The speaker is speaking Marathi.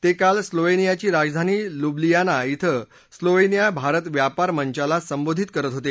ते काल स्लोवेनियाची राजधानी लुब्लियाना श्वे स्लोवेनिया भारत व्यापार मंचाला संबोधित करत होते